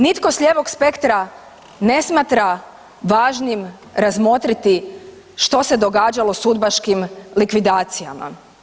Nitko s lijevog spektra ne smatra važnim razmotriti što se događalo s udbaškim likvidacijama.